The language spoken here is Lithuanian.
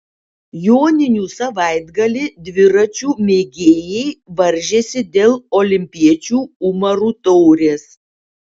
joninių savaitgalį dviračių mėgėjai varžėsi dėl olimpiečių umarų taurės